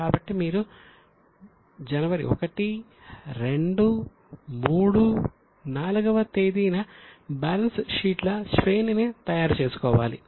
కాబట్టి మీరు 1 జనవరి 2 జనవరి 3 జనవరి 4 వ తేదీన బ్యాలెన్స్ షీట్ల శ్రేణిని తయారు చేయాలి